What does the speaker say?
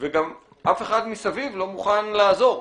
וגם אף אחד מסביב לא מוכן לעזור?